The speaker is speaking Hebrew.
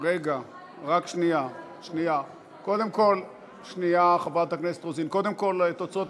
שנוכל להתעמק בהצעת החוק כמו שצריך.